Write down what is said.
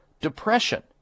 depression